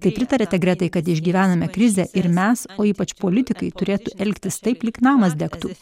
tai pritariate gretai kad išgyvename krizę ir mes o ypač politikai turėtų elgtis taip lyg namas degtų